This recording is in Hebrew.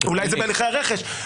אולי זה בהליכי הרכש,